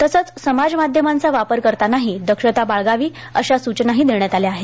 तसंच समाज माध्यमांचा वापर करतानाही दक्षता बाळगावी अशी सूचनाही देण्यात आल्या आहे